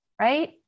Right